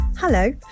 Hello